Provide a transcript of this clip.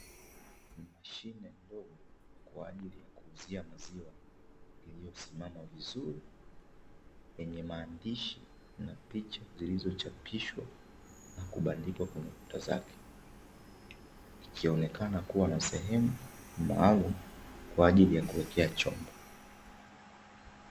Mashine ndogo kwaajili ya kuuzia maziwa iliyosimama vizuri yenye maandishi na picha zilizo chapishwa na kubandikwa kwenye kuta zake ikionekana kuwa na sehemu maalumu kwaajili ya kuekea chombo.